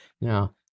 Now